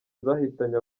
zahitanye